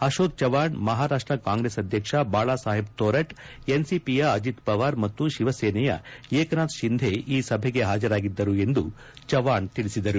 Ashok Chavan Maharashtra Congress ಅಧ್ಯಕ್ಷ Balasaheb Thorat ಎನ್ಸಿಪಿಯ ಅಜಿತ್ ಪವಾರ್ ಮತ್ತು ಶಿವಸೇನೆಯ ಏಕನಾಥ್ ಶಿಂಧೆ ಈ ಸಭೆಗೆ ಹಾಜರಾಗಿದ್ದರು ಎಂದು ಚೌವ್ಣಾಣ್ ತಿಳಿಸಿದರು